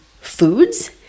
foods